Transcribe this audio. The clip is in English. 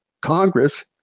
Congress